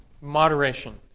Moderation